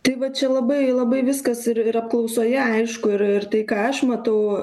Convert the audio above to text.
tai va čia labai labai viskas ir ir apklausoje aišku ir ir tai ką aš matau